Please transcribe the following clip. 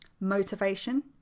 motivation